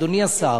אדוני השר,